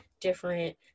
different